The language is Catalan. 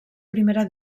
primera